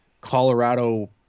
Colorado